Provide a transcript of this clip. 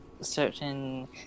certain